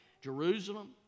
Jerusalem